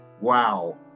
wow